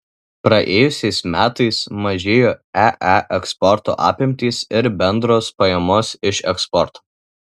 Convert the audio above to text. praėjusiais metais mažėjo ee eksporto apimtys ir bendros pajamos iš eksporto